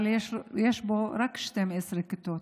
אבל יש בו רק 12 כיתות.